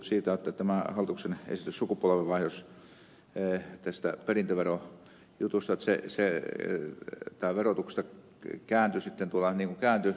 laxell puhui tämä hallituksen esitys sukupolvenvaihdosten perintöverosta sitten perustuslakivaliokunnassa kääntyi niin kuin kääntyi